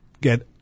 get –